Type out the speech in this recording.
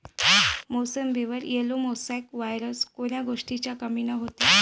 मोसंबीवर yellow mosaic virus कोन्या गोष्टीच्या कमीनं होते?